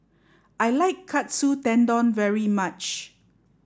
I like Katsu Tendon very much